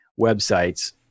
websites